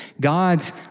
God's